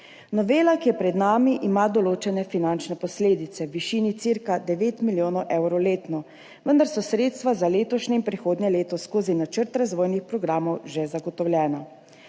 Novela, ki je pred nami, ima določene finančne posledice v višini cirka 9 milijonov evrov letno, vendar so sredstva za letošnje in prihodnje leto skozi načrt razvojnih programov že zagotovljena.